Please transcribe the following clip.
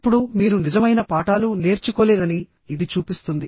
ఇప్పుడు మీరు నిజమైన పాఠాలు నేర్చుకోలేదని ఇది చూపిస్తుంది